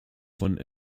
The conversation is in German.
von